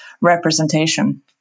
representation